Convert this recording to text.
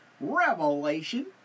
Revelation